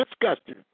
disgusting